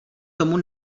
tomu